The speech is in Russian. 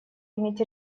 иметь